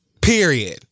Period